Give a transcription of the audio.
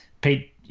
Pete –